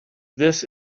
this